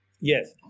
Yes